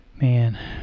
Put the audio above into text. Man